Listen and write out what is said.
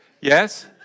Yes